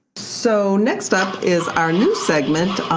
so next up is our new segment,